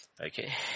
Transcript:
Okay